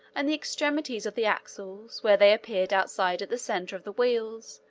and the extremities of the axles, where they appeared outside at the centers of the wheels,